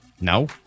No